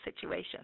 situation